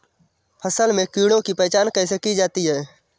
फसल में कीड़ों की पहचान कैसे की जाती है?